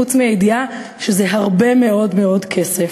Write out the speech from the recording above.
חוץ מהידיעה שזה הרבה מאוד מאוד כסף.